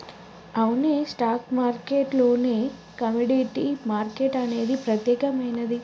అవునే stock market లోనే commodity market అనేది ప్రత్యేకమైనది